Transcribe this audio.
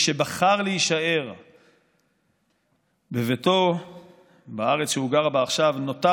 מי שבחר להישאר בביתו בארץ שהוא גר בה עכשיו נותר